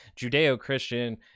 Judeo-Christian